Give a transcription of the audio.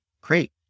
Great